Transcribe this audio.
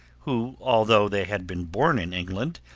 who, although they had been born in england,